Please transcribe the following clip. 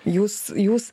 jūs jūs